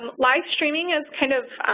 um live streaming is kind of